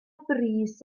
brys